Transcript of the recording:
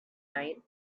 night